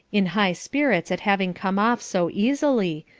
in high spirits at having come off so easily,